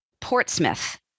Portsmouth